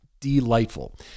delightful